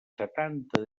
setanta